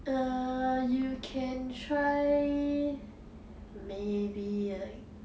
err you can try maybe like